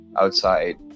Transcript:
outside